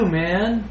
man